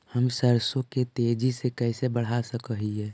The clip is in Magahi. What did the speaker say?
हम सरसों के तेजी से कैसे बढ़ा सक हिय?